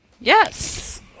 Yes